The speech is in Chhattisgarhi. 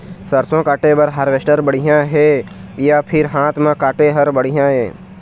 सरसों काटे बर हारवेस्टर बढ़िया हे या फिर हाथ म काटे हर बढ़िया ये?